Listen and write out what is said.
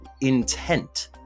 intent